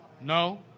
No